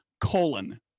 colon